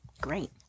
Great